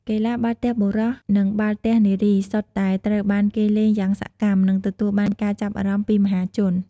កីឡា បាល់ទះបុរស និងបាល់ទះនារី សុទ្ធតែត្រូវបានគេលេងយ៉ាងសកម្ម និងទទួលបានការចាប់អារម្មណ៍ពីមហាជន។